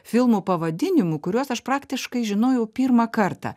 filmų pavadinimų kuriuos aš praktiškai žinojau pirmą kartą